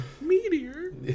Meteor